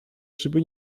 żeby